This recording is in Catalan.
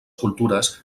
cultures